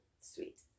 Sweet